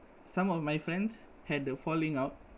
some of my friends had a falling out